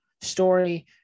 Story